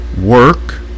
work